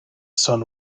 son